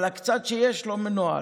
אבל הקצת שיש לא מנוהל,